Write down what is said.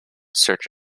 search